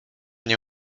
nie